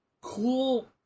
cool